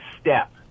step